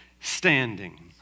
standing